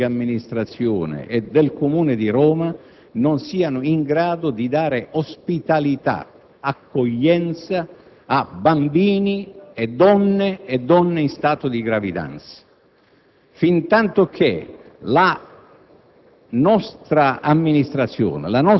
quantomeno fino a quando le strutture dello Stato, della pubblica amministrazione e del Comune di Roma non siano in grado di dare ospitalità e accoglienza a bambini e donne, anche in stato di gravidanza.